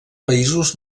països